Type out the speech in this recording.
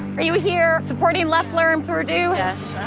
are you here supporting leffler and purdue?